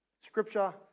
Scripture